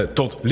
tot